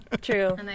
True